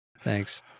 Thanks